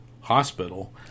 hospital